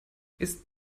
ist